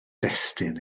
destun